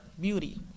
beauty